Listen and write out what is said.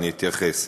אני אתייחס.